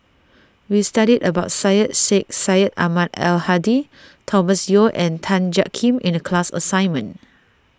we studied about Syed Sheikh Syed Ahmad Al Hadi Thomas Yeo and Tan Jiak Kim in the class assignment